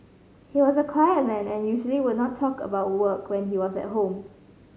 he was a quiet man and usually would not talk about work when he was at home